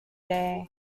day